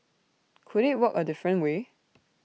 could IT work A different way